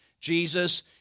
Jesus